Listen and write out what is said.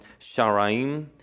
Sharaim